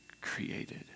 created